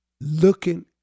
looking